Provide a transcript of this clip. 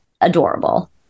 adorable